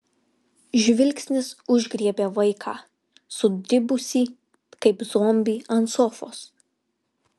žvilgsnis užgriebė vaiką sudribusį kaip zombį ant sofos